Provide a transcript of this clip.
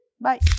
Bye